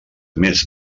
més